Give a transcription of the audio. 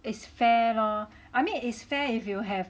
is fair lor I mean is fair if you have